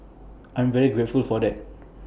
I'm very grateful for that